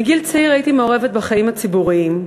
מגיל צעיר הייתי מעורבת בחיים הציבוריים.